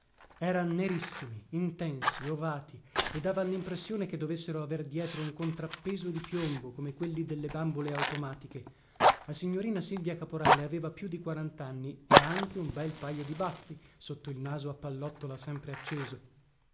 eran nerissimi intensi ovati e davan limpressione che dovessero aver dietro un contrappeso di piombo come quelli delle bambole automatiche la signorina silvia caporale aveva più di quarantanni e anche un bel pajo di baffi sotto il naso a pallottola sempre acceso